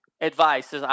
advice